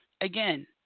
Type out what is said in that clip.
again